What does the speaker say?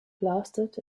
plastered